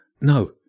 No